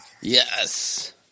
Yes